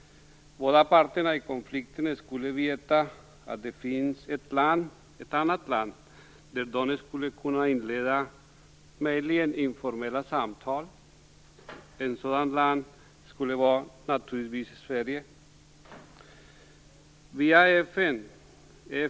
Båda parterna i konflikten skulle veta att det finns ett land där de skulle kunna inleda möjligen informella samtal. Ett sådant land skulle naturligtvis vara Sverige.